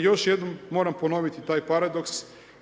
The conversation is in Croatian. još jednom moram ponoviti taj paradoks